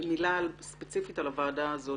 מילה ספציפית על הוועדה הזאת,